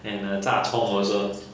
and uh 炸葱 also